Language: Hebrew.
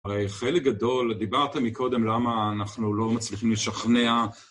הרי חלק גדול, דיברת מקודם למה אנחנו לא מצליחים לשכנע.